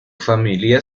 familia